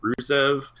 Rusev